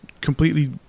completely